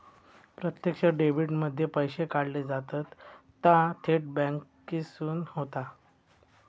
प्रत्यक्ष डेबीट मध्ये पैशे काढले जातत ता थेट बॅन्केसून होता